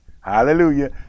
hallelujah